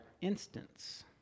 instance